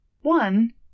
One